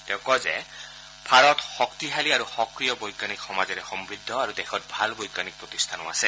তেওঁ কয় যে ভাৰত শক্তিশালী আৰু সক্ৰিয় বৈজ্ঞানিক সমাজেৰে সমূদ্ধ আৰু দেশত ভাল বৈজ্ঞানিক প্ৰতিস্থানো আছে